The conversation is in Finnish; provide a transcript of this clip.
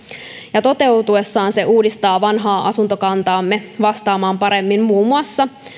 ja toteutuessaan se uudistaa vanhaa asuntokantaamme vastaamaan paremmin muun muassa